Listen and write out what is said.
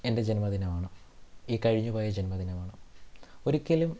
എൻ്റെ ജന്മദിനമാണ് ഈ കഴിഞ്ഞ് പോയ ജന്മദിനമാണ് ഒരിക്കലും